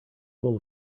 full